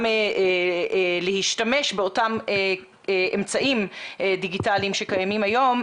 להשתמש באותם אמצעים דיגיטליים שקיימים היום.